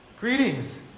greetings